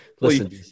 Listen